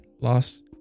lost